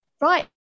Right